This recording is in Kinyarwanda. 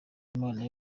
impano